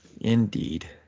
Indeed